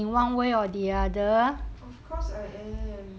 of of course I am